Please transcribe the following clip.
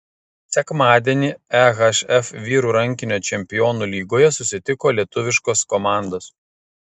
sekmadienį ehf vyrų rankinio čempionų lygoje susitiko lietuviškos komandos